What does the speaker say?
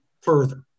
further